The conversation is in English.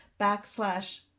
backslash